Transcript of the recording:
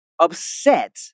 upset